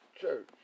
Church